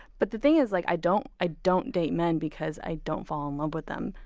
but the thing is, like i don't i don't date men because i don't fall in love with them.